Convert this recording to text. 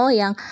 yang